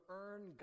earn